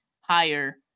higher